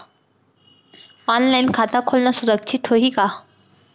Online खाता खोलना सुरक्षित होही का?